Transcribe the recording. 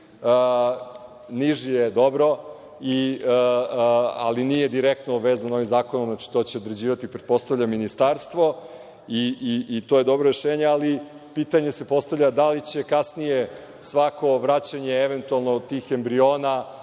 Niži je? Dobro. Ali, nije direktno vezan ovim zakonom, znači, to će određivati, pretpostavljam, Ministarstvo i to je dobro rešenje, ali pitanje se postavlja - da li će kasnije svako vraćanje eventualno tih embriona